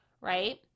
right